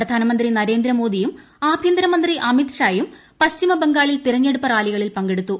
പ്രധാനമന്ത്രി നരേന്ദ്ര മോദിയും ആഭ്യന്തരമന്ത്രി അമിത്ഷായും പശ്ചിമബംഗാളിൽ തെരഞ്ഞെടുപ്പ് റാലികളിൽ പങ്കെടുത്തു